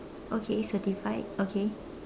okay certified okay